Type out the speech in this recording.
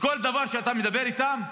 וכל דבר שאתה מדבר איתם,